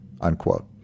unquote